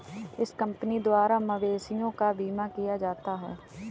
इस कंपनी द्वारा मवेशियों का बीमा किया जाता है